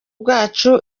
bwacu